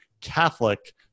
Catholic